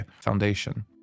foundation